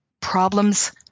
problems